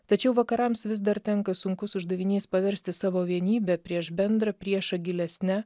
tačiau vakarams vis dar tenka sunkus uždavinys paversti savo vienybę prieš bendrą priešą gilesne